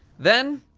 then,